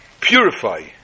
purify